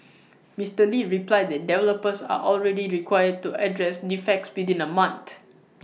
Mister lee replied that developers are already required to address defects within A month